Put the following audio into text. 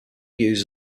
used